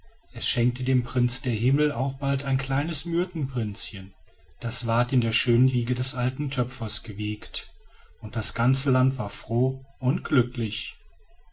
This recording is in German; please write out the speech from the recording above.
es schenkte dem prinzen der himmel auch bald ein kleines myrtenprinzchen das ward in der schönen wiege des alten töpfers gewiegt und das ganze land war froh und glücklich